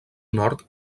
nord